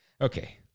Okay